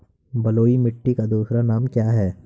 बलुई मिट्टी का दूसरा नाम क्या है?